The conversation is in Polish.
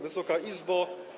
Wysoka Izbo!